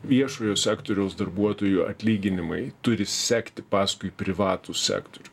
viešojo sektoriaus darbuotojų atlyginimai turi sekti paskui privatų sektorių